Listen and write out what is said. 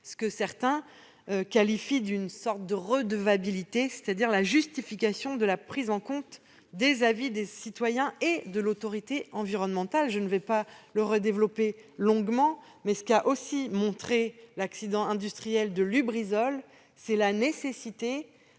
ce que certains qualifient de « redevabilité », c'est-à-dire la justification de la prise en compte des avis des citoyens et de l'autorité environnementale. Je n'y reviendrai pas longuement, mais ce qu'a aussi montré l'accident industriel de Lubrizol, c'est la nécessité